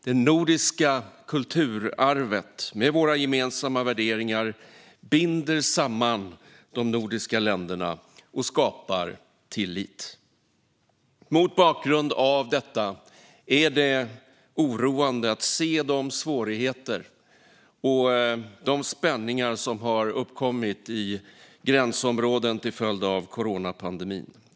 Det nordiska kulturarvet med våra gemensamma värderingar binder samman de nordiska länderna och skapar tillit. Mot bakgrund av detta är det oroande att se de svårigheter och de spänningar som har uppkommit i gränsområden till följd av coronapandemin.